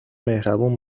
مهربون